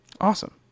awesome